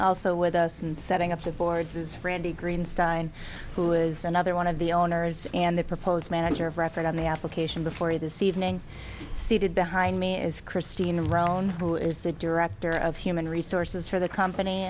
also with us and setting up the boards is randy greenstein who is another one of the owners and the proposed manager of record on the application before this evening seated behind me is christine roan who is the director of human resources for the company